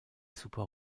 super